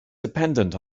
dependent